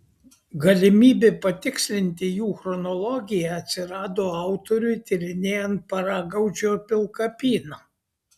galimybė patikslinti jų chronologiją atsirado autoriui tyrinėjant paragaudžio pilkapyną